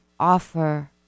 offer